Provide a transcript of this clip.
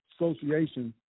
association